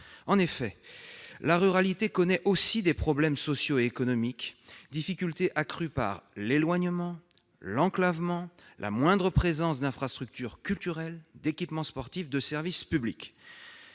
En effet, la ruralité connaît aussi des problèmes sociaux et économiques, difficultés accrues par l'éloignement, l'enclavement et la moindre présence d'infrastructures culturelles, d'équipements sportifs, de services publics.